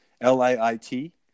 l-i-i-t